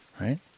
right